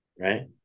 right